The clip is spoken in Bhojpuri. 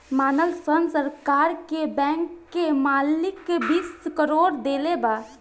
मानल सन सरकार के बैंक के मालिक बीस करोड़ देले बा